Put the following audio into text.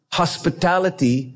hospitality